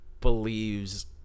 believes